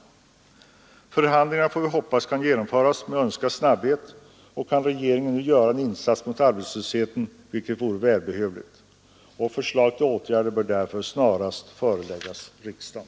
Vi får hoppas att förhandlingarna med Island kan genomföras med en önskad snabbhet. Regeringen skulle på detta sätt kunna göra en insats mot arbetslösheten, vilket vore välbehövligt. Förslag till åtgärder bör därför snarast föreläggas riksdagen.